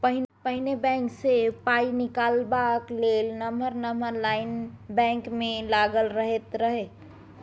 पहिने बैंक सँ पाइ निकालबाक लेल नमहर नमहर लाइन बैंक मे लागल रहैत रहय